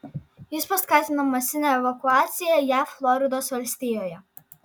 jis paskatino masinę evakuaciją jav floridos valstijoje